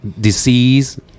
disease